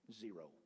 Zero